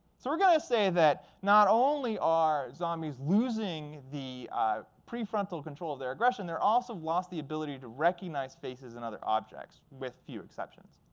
so we're going to say that not only are zombies losing the prefrontal control of their aggression. they've also lost the ability to recognize faces in other objects with few exceptions.